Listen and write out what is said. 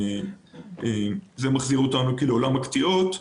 שמחזיר אותנו לעולם הקטיעות,